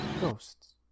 Ghosts